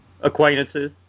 Acquaintances